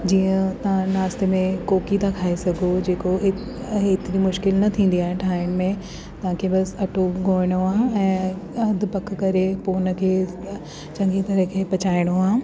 जीअं तव्हां नाश्ते में कोकी था खाई सघो जेको हेतिरी मुश्किल न थींदी आहे ठाहिण में तव्हांखे बसि अटो ॻोहिणो आहे ऐं अधु पकु करे पोइ उन खे चङी तरह खे पचाइणो आहे